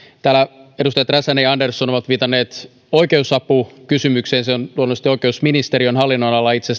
täällä edustajat räsänen ja andersson ovat viitanneet oikeusapukysymykseen se on luonnollisesti oikeusministeriön hallinnonalalla itse